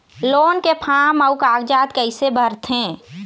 Loan के form अऊ कागजात कइसे भरथें?